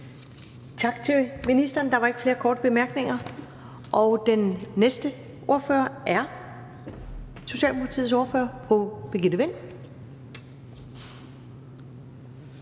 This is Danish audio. Tak til ministeren. Der var ikke flere korte bemærkninger. Og den næste ordfører er Socialdemokratiets ordfører, fru Birgitte Vind.